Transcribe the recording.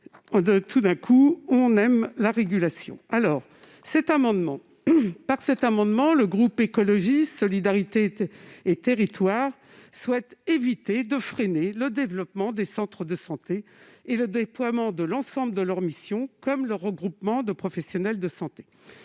tout à coup, on aime la régulation ... Par cet amendement, le groupe Écologiste - Solidarité et Territoires souhaite éviter de freiner le développement des centres de santé et le déploiement de l'ensemble de leurs missions, comme le regroupement de professionnels de santé.